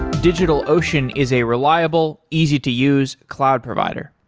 digitalocean is a reliable, easy to use cloud provider.